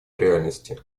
реальности